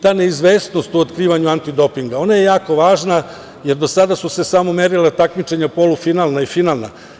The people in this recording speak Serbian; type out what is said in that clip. Ta neizvesnost u otkrivanju antidopinga, ona je jako važna, jer do sada su se samo merila takmičenja polufinalna i finalna.